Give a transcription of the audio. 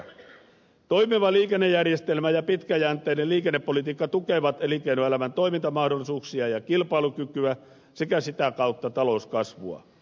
toimiva liikennejärjestelmä ja pitkäjänteinen liikennepolitiikka tukevat elinkeinoelämän toimintamahdollisuuksia ja kilpailukykyä sekä sitä kautta talouskasvua